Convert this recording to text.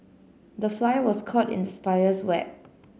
the fly was caught in the spider's web